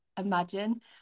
imagine